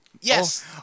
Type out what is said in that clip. Yes